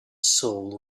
soul